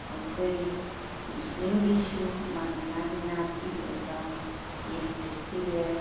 ꯑꯩꯈꯣꯏ ꯃꯨꯁꯂꯤꯝꯒꯤꯁꯨ ꯃꯥꯒꯤ ꯃꯥꯒꯤ ꯅꯥꯠꯀꯤ ꯑꯣꯏꯕ ꯏꯠ ꯐꯦꯁꯇꯤꯚꯦꯜ